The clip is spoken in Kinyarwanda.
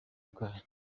bwayo